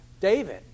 David